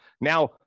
Now